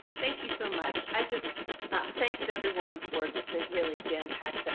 thank you so much i just ah thanks to everyone for just a really jam packed,